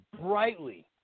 brightly